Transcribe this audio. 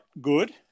good